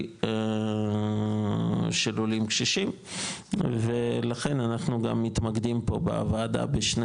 של עולים קשישים ולכן אנחנו גם מתמקדים פה בוועדה בשני